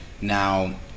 Now